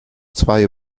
zwei